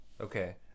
Okay